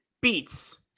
beats